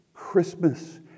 Christmas